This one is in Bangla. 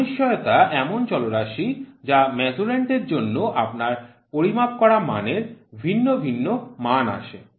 অনিশ্চয়তা এমন চলরাশি যা মেজার্যান্ড এর জন্য আপনার পরিমাপ করা মানের ভিন্ন ভিন্ন মান আসে